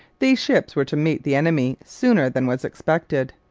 these ships were to meet the enemy sooner than was expected.